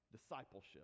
discipleship